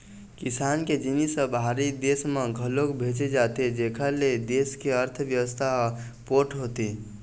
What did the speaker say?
किसान के जिनिस ह बाहिर देस म घलोक भेजे जाथे जेखर ले देस के अर्थबेवस्था ह पोठ होथे